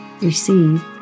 receive